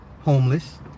Homeless